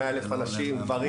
מונה היום 100,000 אנשים גברים,